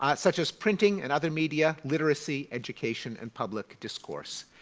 ah such as printing and other media, literacy, education and public discourse.